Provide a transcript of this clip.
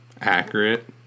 accurate